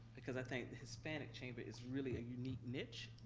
because i think the hispanic chamber is really a unique niche.